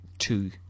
Two